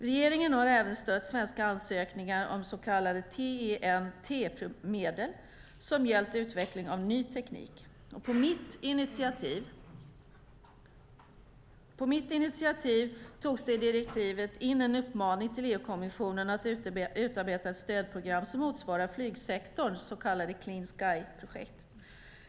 Regeringen har även stött svenska ansökningar om så kallade TEN-T-medel som gällt utveckling av ny teknik. På mitt initiativ togs det i direktivet in en uppmaning till EU-kommissionen att utarbeta ett stödprogram som motsvarar flygsektorns så kallade Clean sky-projekt.